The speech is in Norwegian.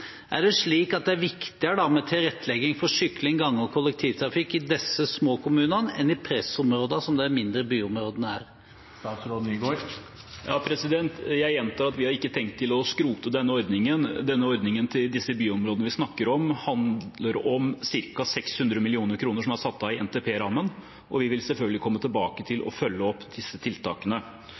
Er det slik at det er viktigere med tilrettelegging for sykling, gange og kollektivtrafikk i disse små kommunene enn i pressområdene, som de mindre byområdene er? Jeg gjentar at vi ikke har tenkt å skrote denne ordningen. Ordningen til disse byområdene vi snakker om, handler om ca. 600 mill. kr som er satt av i NTP-rammen, og vi vil selvfølgelig komme tilbake til og følge opp disse tiltakene.